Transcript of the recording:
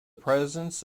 presence